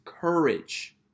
courage